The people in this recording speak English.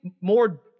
more